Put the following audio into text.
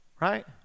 right